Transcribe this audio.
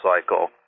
cycle